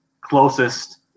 closest